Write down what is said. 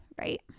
right